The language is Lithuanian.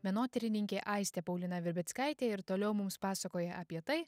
menotyrininkė aistė paulina virbickaitė ir toliau mums pasakoja apie tai